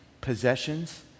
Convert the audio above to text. possessions